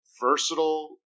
versatile